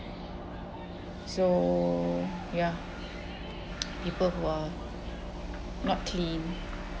so ya people who are not clean